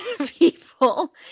people